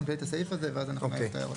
כללי את הסעיף הזה ואז אנחנו נעשה הערות.